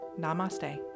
Namaste